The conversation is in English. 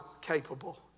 capable